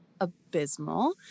abysmal